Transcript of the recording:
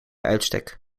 uitstek